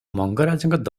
ମଙ୍ଗରାଜଙ୍କ